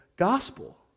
gospel